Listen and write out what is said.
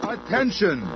Attention